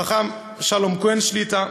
חכם שלום כהן שליט"א,